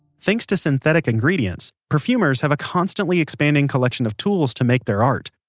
thanks to synthetic ingredients, perfumers have a constantly expanding collection of tools to make their art.